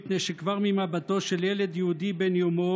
מפני שכבר ממבטו של ילד יהודי בן יומו